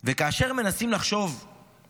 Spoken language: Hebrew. כאשר מנסים לחשוב על